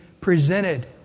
presented